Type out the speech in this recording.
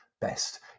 best